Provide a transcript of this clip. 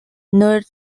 nur